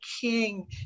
king